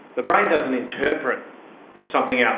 the brain doesn't interpret something out